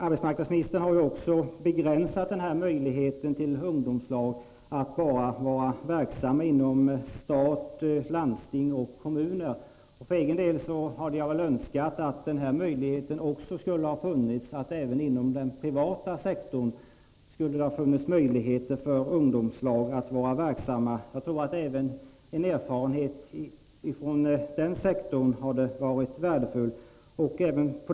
Arbetsmarknadsministern har också begränsat denna möjlighet till ungdomslag till att bara vara verksamma inom stat, landsting och kommuner. För egen del förordar jag att denna möjlighet också skulle ha funnits inom den privata sektorn. Jag tror att erfarenheter från den sektorn skulle ha varit värdefulla.